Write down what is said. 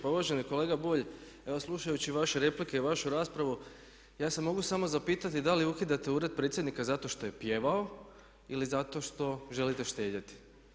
Pa uvaženi kolega Bulj, evo slušajući vaše replike i vašu raspravu ja se mogu samo zapitati da li ukidate ured predsjednika zato što je pjevao ili zato što želite štedjeti.